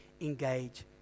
engage